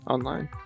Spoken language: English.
Online